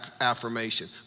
affirmation